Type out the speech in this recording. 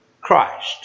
Christ